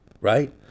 right